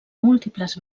múltiples